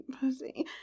pussy